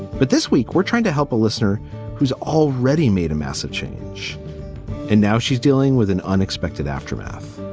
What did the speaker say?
but this week we're trying to help a listener who's already made a massive change and now she's dealing with an unexpected aftermath.